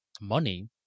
money